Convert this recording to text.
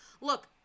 look